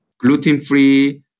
gluten-free